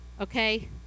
okay